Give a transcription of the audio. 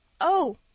Oh